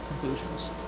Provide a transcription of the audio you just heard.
conclusions